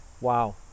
Wow